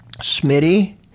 Smitty